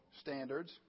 standards